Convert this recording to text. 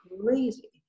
crazy